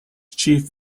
chief